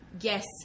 yes